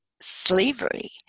slavery